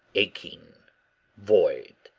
aching void,